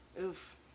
Oof